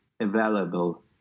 available